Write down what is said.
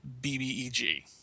BBEG